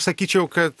sakyčiau kad